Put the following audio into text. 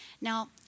Now